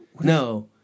No